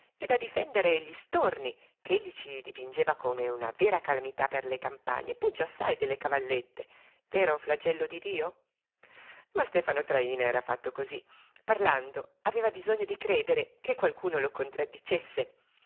e da difendere gli storni ch'egli ci dipingeva come una vera calamità per le campagne peggio assai delle cavallette vero flagello di dio ma stefano traína era fatto cosí parlando aveva bisogno di credere che qualcuno lo contraddicesse